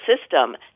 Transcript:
system